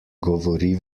govori